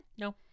no